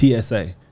TSA